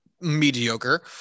mediocre